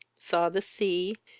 saw the sea,